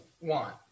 want